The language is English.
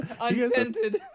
Unscented